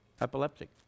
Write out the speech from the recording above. epileptic